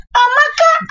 amaka